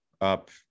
up